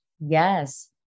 Yes